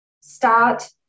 Start